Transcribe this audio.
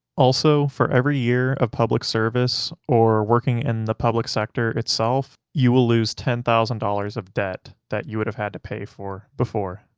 also, for every year of public service or working in the public sector itself you will lose ten thousand dollars of debt that you would have had to pay for before.